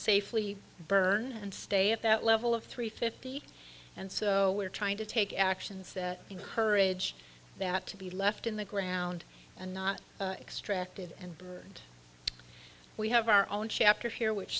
safely burn and stay at that level of three fifty and so we're trying to take actions that encourage that to be left in the ground and not extracted and burned we have our own chapter here which